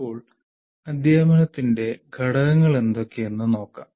ഇപ്പോൾ അധ്യാപനത്തിന്റെ ഘടകങ്ങൾ എന്തൊക്കെയെന്ന് നോക്കാം